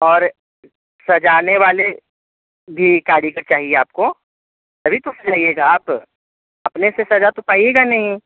और सजाने वाले भी कारीगर चाहिए आपको तभी तो सजाइएगा आप अपने से सजा तो पाइएगा नहीं